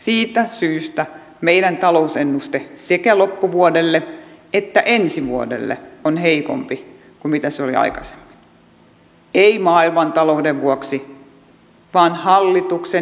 siitä syystä meidän talousennusteemme sekä loppuvuodelle että ensi vuodelle on heikompi kuin aikaisemmin ei maailmantalouden vuoksi vaan hallituksen esittämien toimien vuoksi